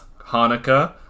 Hanukkah